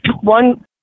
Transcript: one